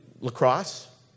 lacrosse